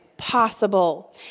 Possible